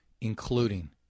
including